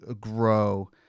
grow